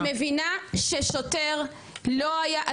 את מבינה ששוטר לא היה,